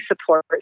support